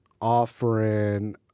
offering